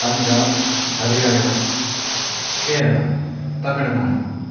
Punjab Haryana Kerala Tamil Nadu